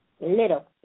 Little